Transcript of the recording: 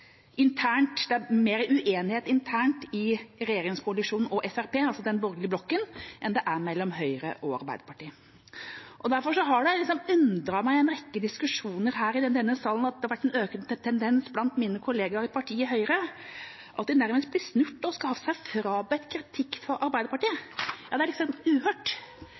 det er mer uenighet internt i regjeringskoalisjonen og Fremskrittspartiet, altså den borgerlige blokken, enn det er mellom Høyre og Arbeiderpartiet. Derfor har det undret meg at i en rekke diskusjoner i denne salen har det vært en økende tendens blant mine kolleger i partiet Høyre at de nærmest blir snurt og skal ha seg frabedt kritikk fra Arbeiderpartiet. Det er liksom uhørt.